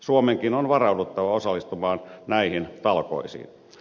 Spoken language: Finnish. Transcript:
suomenkin on varauduttava osallistumaan näihin talkoisiin